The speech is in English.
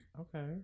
okay